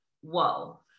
whoa